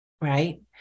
right